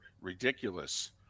ridiculous